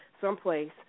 someplace